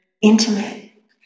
intimate